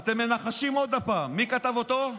אתם מנחשים עוד הפעם, מי כתב אותו?